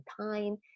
time